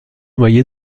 noyé